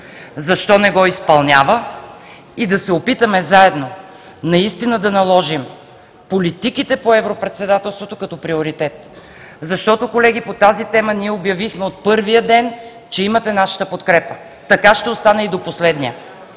защо не го изпълнява и да се опитаме заедно наистина да наложим политиките по европредседателството като приоритет. Защото, колеги, по тази тема ние обявихме от първия ден, че имате нашата подкрепа, така ще остане и до последния,